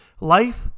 life